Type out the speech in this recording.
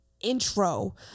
intro